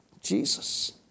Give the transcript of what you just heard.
Jesus